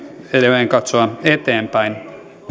edelleen katsoa eteenpäin